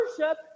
worship